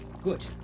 good